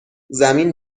زمین